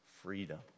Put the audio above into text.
freedom